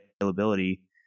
availability